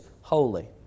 holy